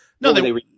No